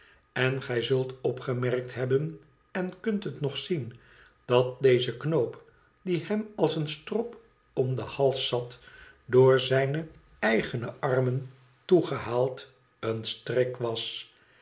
en gij zult opgemerkt hebben en kunt het nog zien dat deze knoop die hem als een strop om den hals zat door zijne eigene armen toegehaald een strik was